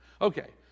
Okay